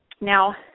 Now